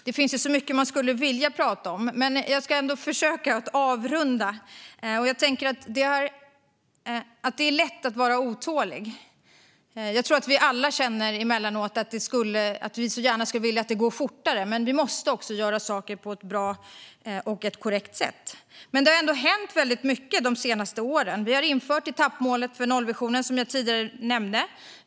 Det finns så mycket som man skulle vilja prata om. Men jag ska ändå försöka avrunda. Det är lätt att vara otålig. Jag tror att vi alla emellanåt känner att vi så gärna skulle vilja att det går fortare. Men vi måste också göra saker på ett bra och korrekt sätt. Men det har ändå hänt väldigt mycket de senaste åren. Vi har infört etappmålet för nollvisionen, som jag tidigare nämnde.